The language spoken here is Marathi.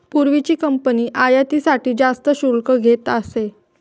पूर्वीची कंपनी आयातीसाठी जास्त शुल्क घेत असे